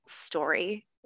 story